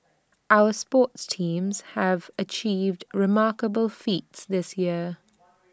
our sports teams have achieved remarkable feats this year